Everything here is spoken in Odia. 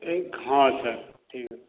ଏଇ ହଁ ସାର୍ ଠିକ୍ ଅଛି